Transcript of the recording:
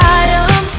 item